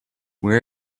where